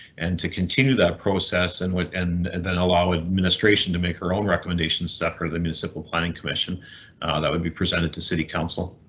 and to continue that process and and and then allow administration to make her own recommendations. stuff for the municipal planning commission that would be presented to city council.